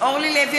אורלי לוי